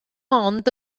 ond